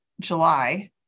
July